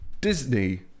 Disney